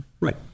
right